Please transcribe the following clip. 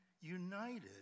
united